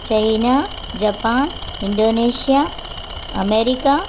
China Japan Indonesia America